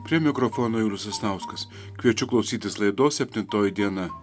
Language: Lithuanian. prie mikrofono julius sasnauskas kviečiu klausytis laidos septintoji diena